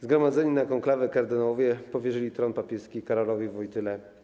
Zgromadzeni na konklawe kardynałowie powierzyli tron papieski Karolowi Wojtyle.